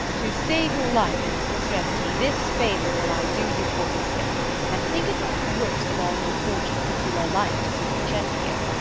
to save your life in this extremity, this favour will i do you for his sake and think it not the worst of all your fortunes that you are like to sir vincentio.